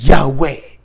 Yahweh